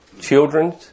children